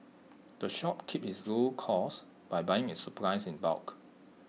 the shop keeps its low costs by buying its supplies in bulk